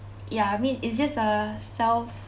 ya I mean it's just a self